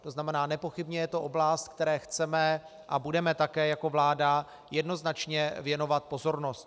To znamená, nepochybně je to oblast, které chceme a budeme také jako vláda jednoznačně věnovat pozornost.